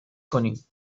کنیم